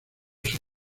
sus